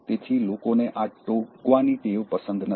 તેથી લોકોને આ ટોકવાની ટેવ પસંદ નથી